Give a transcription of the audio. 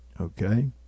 okay